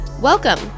Welcome